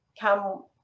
come